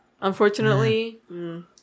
Unfortunately